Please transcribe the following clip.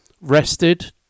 rested